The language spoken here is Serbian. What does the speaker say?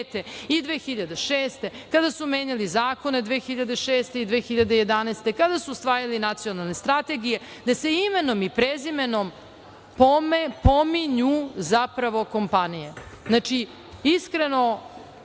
godine, kada su menjali zakone 2006. i 2011. godine, kada su usvajali nacionalne strategije gde se imenom i prezimenom pominju zapravo kompanije. Znači, iskreno,